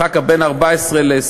אחר כך, בין 14 ל-20,